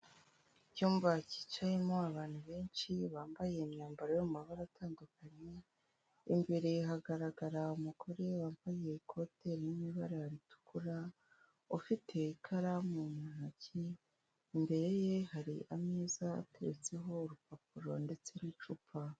Icyumba cyicayemo abantu benshi bambaye imyambaro yo mu mabara atandukanye, imbere hagaragara umugore wambaye ikote riri mu ibara ritukura, ufite ikaramu mu ntoki, imbere ye hari ameza ateretseho urupapuro ndetse n'icupa.